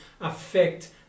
affect